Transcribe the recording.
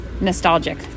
nostalgic